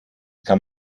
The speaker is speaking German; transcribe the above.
kann